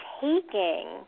taking